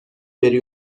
بری